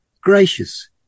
gracious